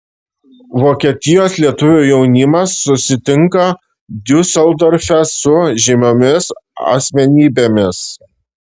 vokietijos lietuvių jaunimas susitinka diuseldorfe su žymiomis asmenybėmis